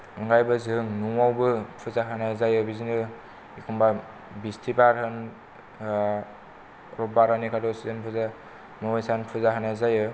अनगायैबो जों न'आवबो पुजा होनाय जायो बिदिनो एखनब्ला बिस्थिबार होन रबिबार होन एकादशि अमावैशानि पुजा होनाय जायो